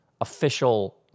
official